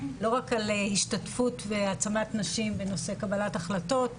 לא רק השתתפות והעצמת נשים בנושא קבלת החלטות,